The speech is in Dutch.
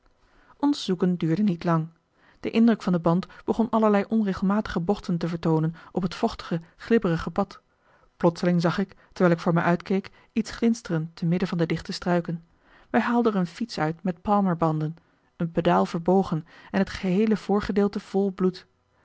ons zoeken duurde niet lang de indruk van den band begon allerlei onregelmatige bochten te vertoonen op het vochtige glibberige pad plotseling zag ik terwijl ik voor mij uitkeek iets glinsteren te midden van de dichte struiken wij haalden er een fiets uit met palmerbanden een pedaal verbogen en het geheele voorgedeelte vol bloed